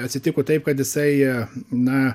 atsitiko taip kad jisai na